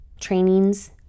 Trainings